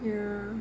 ya